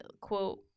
quote